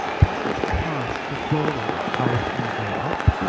calgary's cost to floridate is always going to go up.